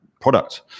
product